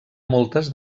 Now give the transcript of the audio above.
moltes